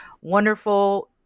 wonderful